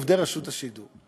עובדי רשות השידור,